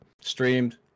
streamed